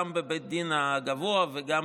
גם בבית הדין הגבוה וגם